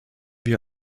wir